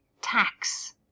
tax